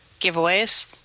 Giveaways